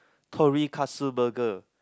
torikatsu burger